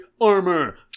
armor